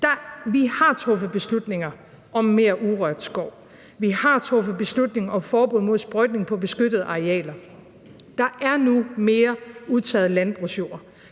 Vi har truffet beslutninger om mere urørt skov. Vi har truffet beslutning om forbud mod sprøjtning på beskyttede arealer. Der er nu mere udtaget landbrugsjord,